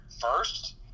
first